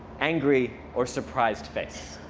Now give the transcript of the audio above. angry, or surprised face.